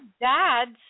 dads